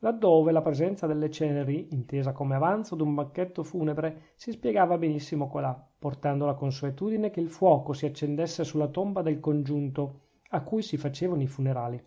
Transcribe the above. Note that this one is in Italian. laddove la presenza delle ceneri intesa come avanzo d'un banchetto funebre si spiegava benissimo colà portando la consuetudine che il fuoco si accendesse sulla tomba del congiunto a cui si facevano i funerali